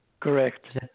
Correct